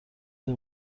طبق